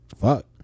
fuck